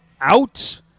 out